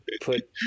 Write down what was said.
put